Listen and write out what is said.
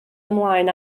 ymlaen